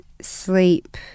sleep